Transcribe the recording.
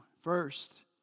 first